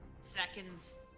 seconds